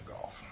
golf